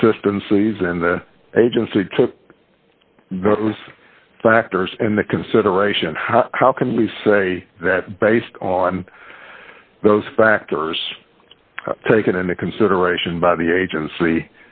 consistencies and the agency took those factors and the consideration how can we say that based on those factors taken into consideration by the agency